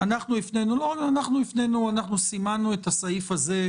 אנחנו סימנו את הסעיף הזה,